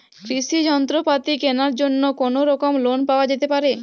কৃষিযন্ত্রপাতি কেনার জন্য কোনোরকম লোন পাওয়া যেতে পারে?